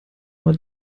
man